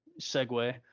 segue